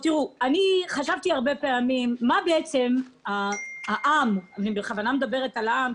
הרבה פעמים חשבתי מה בעצם העם אני בכוונה מדברת על העם,